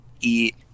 eat